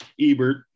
Ebert